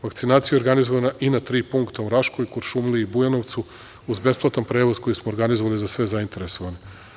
Vakcinacija je organizovana i na tri punkta u Raškoj, u Kuršumliji i Bujanovcu uz besplatan prevoz koji smo organizovali za sve zainteresovane.